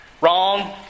Wrong